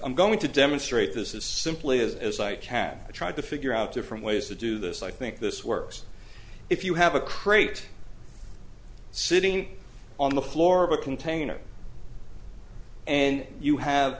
i'm going to demonstrate this as simply as i can to try to figure out different ways to do this i think this works if you have a crate sitting on the floor of a container and you have